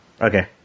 Okay